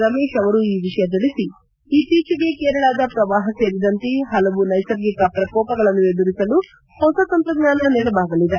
ರಮೇಶ್ ಅವರು ಈ ವಿಷಯ ತಿಳಿಸಿ ಇತ್ತೀಚಿಗೆ ಕೇರಳದ ಪ್ರವಾಪ ಸೇರಿದಂತೆ ಪಲವು ನೈಸರ್ಗಿಕ ಪ್ರಕೋಪಗಳನ್ನು ಎದುರಿಸಲು ಹೊಸ ತಂತ್ರಜ್ಞಾನ ನೆರವಾಗಲಿದೆ